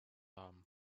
haben